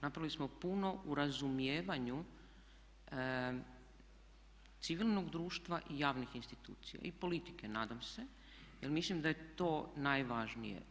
Napravili smo puno u razumijevanju civilnog društva i javnih institucija i politike nadam se jer mislim da je to najvažnije.